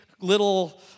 little